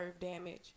damage